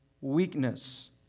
weakness